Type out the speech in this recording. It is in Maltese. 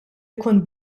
jkun